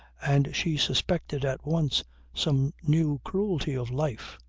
and she suspected at once some new cruelty of life.